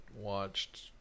watched